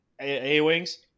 A-wings